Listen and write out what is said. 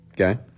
Okay